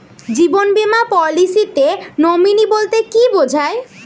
জীবন বীমা পলিসিতে নমিনি বলতে কি বুঝায়?